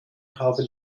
haben